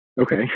okay